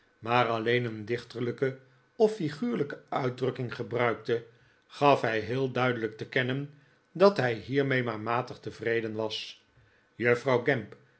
maar alleen een dichterlijke of figuurlijke uitdrukking gebruikte gaf hij heel duidelijk te kennen dat hij hiermee maar matig tevreden was juffrouw gamp